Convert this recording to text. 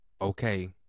Okay